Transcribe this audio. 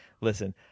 listen